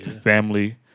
family